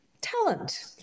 talent